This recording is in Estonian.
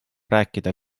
rääkida